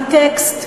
היא טקסט,